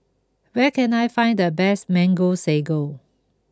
where can I find the best Mango Sago